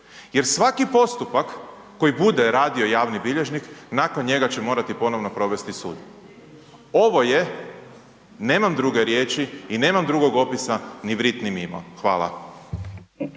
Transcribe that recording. jer svaki postupak koji bude radio javni bilježnik nakon njega će morati ponovno provesti sud. Ovo je, nemam druge riječi i nemam drugog opisa, ni vrt ni mimo. Hvala.